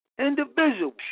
individuals